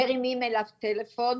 מרימים אליו טלפון,